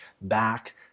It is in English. back